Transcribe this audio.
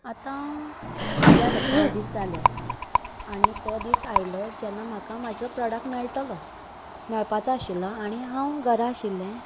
आता जाले पांच दिस जाले आनी तो दिस आयलो जेन्ना म्हाका म्हाजो प्रोडक्ट मेळटलो मेळपाचो आशिल्लो आनी हांव घरा आशिल्ले